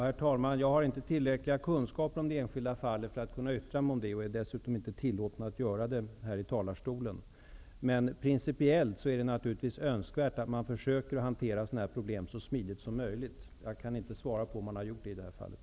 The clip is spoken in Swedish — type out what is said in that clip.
Herr talman! Jag har inte tillräckliga kunskaper om det enskilda fallet för att kunna yttra mig om detta och är dessutom inte tillåten att göra det här i talarstolen. Men principiellt är det naturligtvis önskvärt att man försöker att hantera sådana problem så smidigt som möjligt. Jag kan inte svara på om man har gjort det i det här fallet.